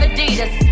Adidas